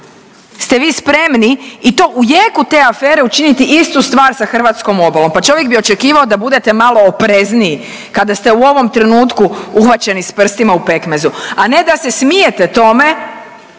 ste vi spremni i to u jeku te afere učiniti istu stvar sa hrvatskom obalom. Pa čovjek bi očekivao da budete malo oprezniji kada ste u ovom trenutku uhvaćeni s prstima u pekmezu, a ne da se smijete tome